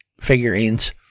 figurines